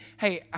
hey